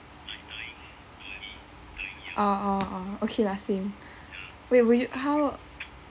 oh oh oh okay lah same wait would you how